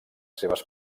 seves